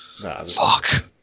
Fuck